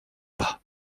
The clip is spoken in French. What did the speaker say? pas